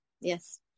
yes